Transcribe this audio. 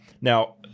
Now